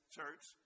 church